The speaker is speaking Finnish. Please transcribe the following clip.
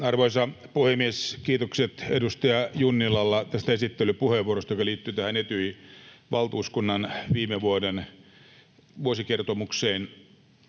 Arvoisa puhemies! Kiitokset edustaja Junnilalle esittelypuheenvuorosta, joka liittyi Etyjin valtuuskunnan viime vuoden vuosikertomukseen.